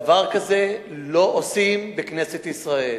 דבר כזה לא עושים בכנסת ישראל.